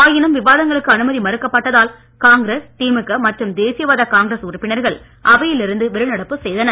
ஆயினும் விவாதங்களுக்கு அனுமதி மறுக்கப்பட்டதால் காங்கிரஸ்திமுக மற்றும் தேசியவாத காங்கிரஸ் உறுப்பினர்கள் அவையிலிருந்து வெளிநடப்பு செய்தனர்